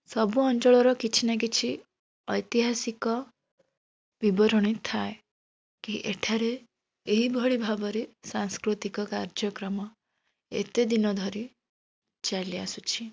ସବୁ ଅଞ୍ଚଳର କିଛି ନା କିଛି ଐତିହାସିକ ବିବରଣୀ ଥାଏ କି ଏଠାରେ ଏହିଭଳି ଭାବରେ ସାଂସ୍କୃତିକ କାର୍ଯ୍ୟକ୍ରମ ଏତେଦିନ ଧରି ଚାଲିଆସୁଛି